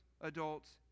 adults